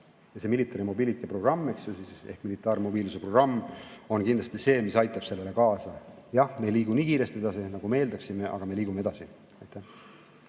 teha. Military Mobility programm ehk militaarmobiilsuse programm on kindlasti see, mis aitab sellele kaasa. Jah, me ei liigu nii kiiresti, nagu me eeldaksime, aga me liigume edasi.